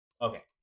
Okay